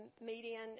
median